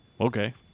Okay